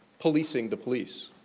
policing the police.